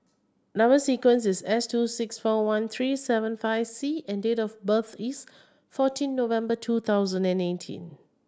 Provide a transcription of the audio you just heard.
number sequence is S two six four one three seven five C and date of birth is fourteen November two thousand and eighteen